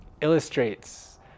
illustrates